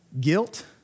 guilt